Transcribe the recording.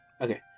Okay